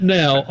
now